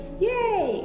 yay